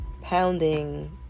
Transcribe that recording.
pounding